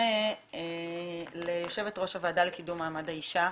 נפנה ליושבת ראש הוועדה לקדום מעמד האישה,